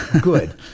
good